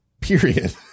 period